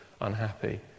unhappy